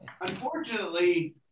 unfortunately